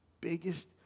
biggest